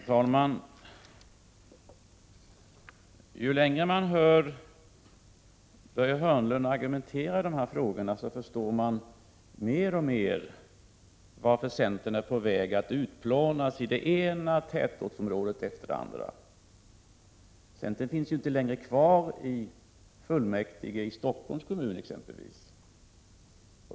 Herr talman! Ju mer man hör Börje Hörnlund argumentera i de här frågorna, desto bättre förstår man varför centern är på väg att utplånas i det ena tätortsområdet efter det andra. Centern finns ju inte längre representerat i fullmäktige i Stockholms kommun exempelvis.